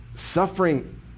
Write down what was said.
suffering